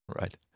right